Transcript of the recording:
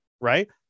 right